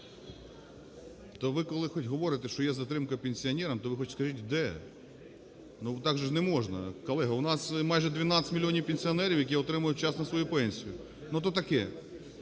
То ви, коли хоч говорите, що є затримка пенсіонерам, то ви скажіть хоч де? Так же ж не можна, колега, у нас майже 12 мільйонів пенсіонерів, які отримують вчасно свою пенсію. Ну то таке.